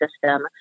system